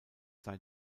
sei